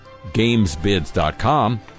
GamesBids.com